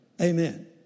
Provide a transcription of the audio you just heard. Amen